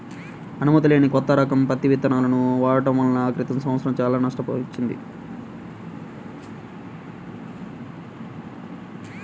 అనుమతి లేని కొత్త రకం పత్తి విత్తనాలను వాడటం వలన క్రితం సంవత్సరం చాలా నష్టం వచ్చింది